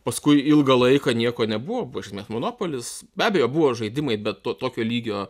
paskui ilgą laiką nieko nebuvo buvo iš esmės monopolis be abejo buvo žaidimai be to tokio lygio